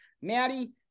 Maddie